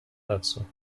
dazu